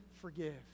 forgive